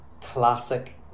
classic